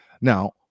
Now